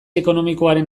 ekonomikoaren